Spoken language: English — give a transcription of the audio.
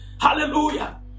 Hallelujah